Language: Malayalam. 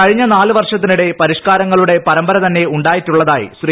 കഴിഞ്ഞ നാലു വർഷത്തിനിടെ പരിഷ്കാരങ്ങളുടെ പരമ്പര തന്നെയുണ്ടായിട്ടുള്ളതായി ശ്രീ